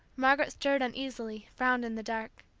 margaret stirred uneasily, frowned in the dark.